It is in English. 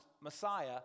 Messiah